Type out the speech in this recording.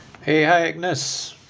hey hi agnes